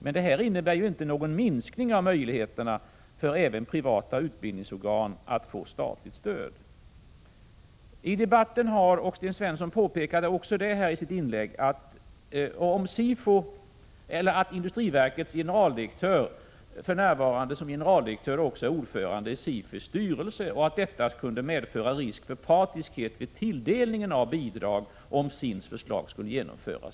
Men det medför inte någon minskning av möjligheterna för även privata utbildningsorgan att få statligt stöd. I debatten om SIFU har påpekats — Sten Svensson påpekade det också här i sitt inlägg — att industriverkets generaldirektör för närvarande också är ordförande i SIFU:s styrelse och att detta kunde medföra risk för partiskhet vid tilldelningen av bidrag, om SIND:s förslag skulle genomföras.